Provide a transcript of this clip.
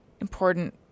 important